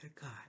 God